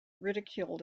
ridiculed